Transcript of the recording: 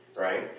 right